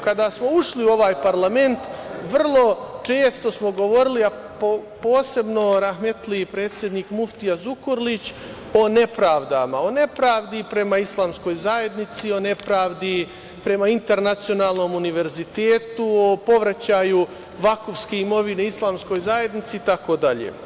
Kada smo ušli u ovaj parlament vrlo često smo govorili, a posebno rahmetli predsednik muftija Zukorlić, o nepravdama, o nepravdi prema islamskoj zajednici, o nepravdi prema internacionalnom univerzitetu, o povraćaju vakufske imovine islamskoj zajednici itd.